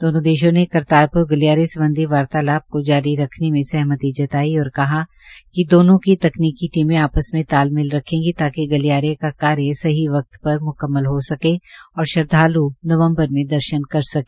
दोनो देशों ने करतारप्र गलियारे सम्बधी वार्तालाप को जारी रखने में सहमति जताई और कहा कि दोनों की तकनीकी टीमें आपस में तालमेल रखेगी ताकि गलियारे का सही वक्त पर मुक्म्मल हो सके और श्रद्वालू नवम्बर में दर्शन कर सके